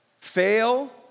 fail